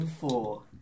Four